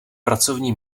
pracovní